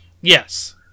Yes